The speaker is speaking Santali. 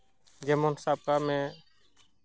ᱡᱮᱢᱚᱱ ᱥᱟᱵ ᱠᱟᱜ ᱢᱮ